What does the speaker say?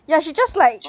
yeah she just like